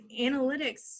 analytics